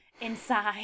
inside